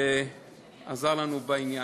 שעזר לנו בעניין.